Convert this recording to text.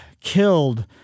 killed